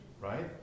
right